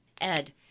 Ed